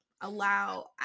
allow